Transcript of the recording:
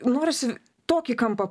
norisi tokį kampą